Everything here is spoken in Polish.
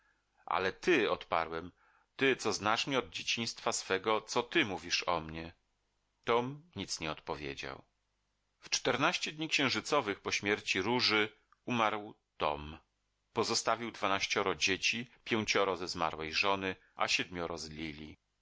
ale ty odparłem ty co znasz mnie od dzieciństwa swego co ty mówisz o mnie tom nic nie odpowiedział w czternaście dni księżycowych po śmierci róży umarł tom pozostawił dwanaścioro dzieci pięcioro ze zmarłej żony a siedmioro